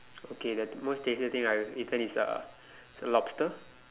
okay the most tastiest thing I've eaten is a is a lobster